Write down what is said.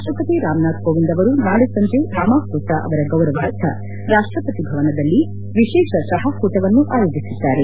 ರಾಷ್ಟ್ರಪತಿ ರಾಮನಾಥ್ ಕೋವಿಂದ್ ಅವರು ನಾಳಿ ಸಂಜೆ ರಾಮಾಫೋಸಾ ಅವರ ಗೌರವಾರ್ಥ ರಾಷ್ಟಪತಿ ಭವನದಲ್ಲಿ ವಿಶೇಷ ಚಹಾಕೂಟವನ್ನು ಆಯೋಜಿಸಿದ್ದಾರೆ